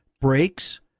brakes